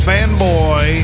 Fanboy